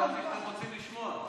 חשבתי שאתם רוצים לשמוע.